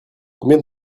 combien